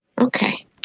Okay